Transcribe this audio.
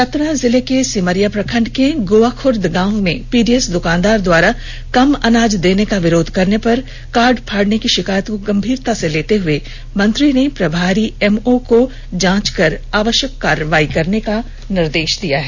चतरा जिले के सिमरिया प्रखंड के गोवाखुर्द गाँव में पीडीएस दुकानदार द्वारा कम अनाज देने का विरोध करने पर कार्ड फाड़ने की शिकायत को गंभीरता से लेते हुए मंत्री ने प्रभारी एमओ को जांच कर आवश्यक कार्रवाई करने का निर्देश दिया है